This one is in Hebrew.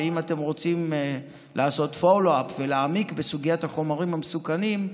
ואם אתם רוצים לעשות follow up ולהעמיק בסוגיית החומרים המסוכנים,